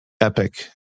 epic